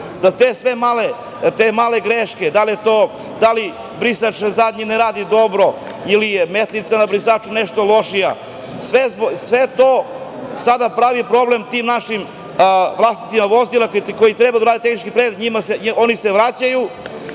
Sve te male greške, da li zadnji brisač ne radi dobro ili je metlica na brisaču nešto lošija, sve to sada pravi problem tim našim vlasnicima vozila koji treba da urade tehnički pregled. Oni se vraćaju,